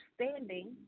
understanding